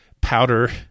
powder